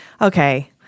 okay